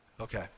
okay